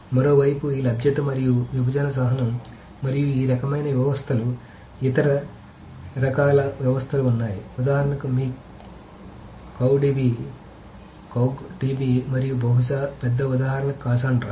మరోవైపు ఈ లభ్యత మరియు విభజన సహనం మరియు ఈ రకమైన వ్యవస్థలు ఇతర రకాల వ్యవస్థలు ఉన్నాయి ఉదాహరణలు మీ కౌగ్ DB మరియు బహుశా పెద్ద ఉదాహరణ కాసాండ్రా